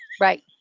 Right